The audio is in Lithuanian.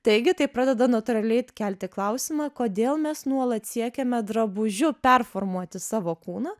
taigi tai pradeda natūraliai kelti klausimą kodėl mes nuolat siekiame drabužiu performuoti savo kūną